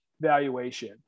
valuation